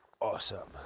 awesome